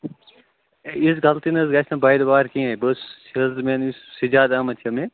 ہے یِژھ غلطی نہَ حظ گژھِ نہٕ بارِ دُبار کیٚنٛہہ بہٕ حظ چھُس سیلٕز مین یُس سجاد احمد چھُ مےٚ